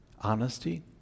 honesty